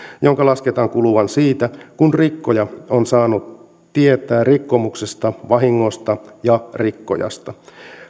jonka lasketaan kuluvan siitä kun rikkoja on saanut tietää rikkomuksesta vahingosta ja rikkojasta